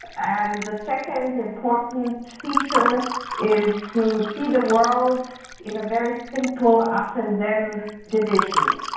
and the second important feature is to see the world in a very simple us and them division.